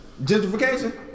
Gentrification